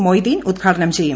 മൊയ്തീൻ ഉദ്ഘാടനം ചെയ്യും